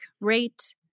rate